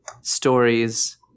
stories